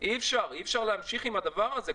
אי אפשר להמשיך עם הדבר הזה,